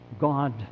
God